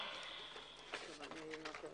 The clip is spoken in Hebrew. הישיבה ננעלה